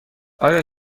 آیا